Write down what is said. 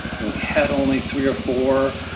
we had only three or four